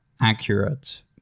accurate